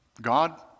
God